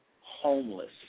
homeless